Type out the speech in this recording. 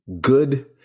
good